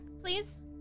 please